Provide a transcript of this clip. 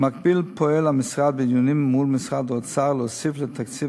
במקביל פועל המשרד בדיונים מול משרד האוצר להוסיף לתקציב